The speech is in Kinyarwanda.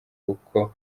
kuko